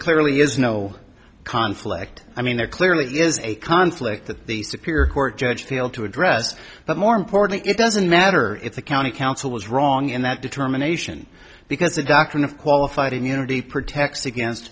clearly is no conflict i mean there clearly is a conflict that the superior court judge failed to address but more importantly it doesn't matter if the county council was wrong in that determination because the doctrine of qualified immunity protects against